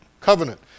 covenant